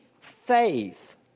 faith